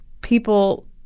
people